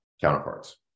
counterparts